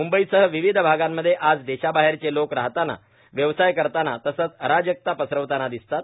मुंबईसह विविध भागांमध्ये आज देशाबाहेरचे लोक राहतांना व्यवसाय करतांना तसंच अराजकता पसरवतांना दिसतात